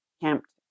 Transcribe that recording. camped